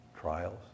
Trials